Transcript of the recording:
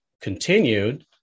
continued